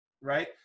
right